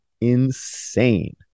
insane